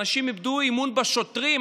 אנשים איבדו אמון בשוטרים,